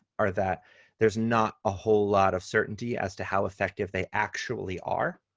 or that there's not a whole lot of certainty as to how effective they actually are.